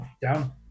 Down